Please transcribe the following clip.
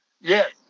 Yes